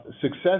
success